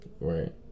Right